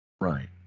Right